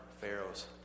Pharaoh's